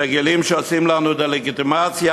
רגילים שעושים לנו דה-לגיטימציה.